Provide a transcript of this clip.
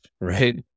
right